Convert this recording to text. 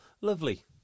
lovely